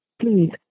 Please